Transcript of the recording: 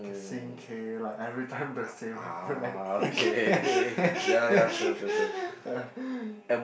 sing K like every time the same one